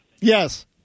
Yes